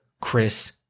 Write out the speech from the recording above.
Chris